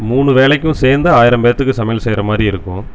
மூணு வேலைக்கும் சேர்ந்து ஆயிரம் பேர்துக்கு சமையல் செய்கிற மாதிரி இருக்கும்